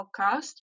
podcast